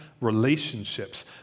relationships